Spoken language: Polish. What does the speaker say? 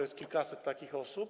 Jest kilkaset takich osób.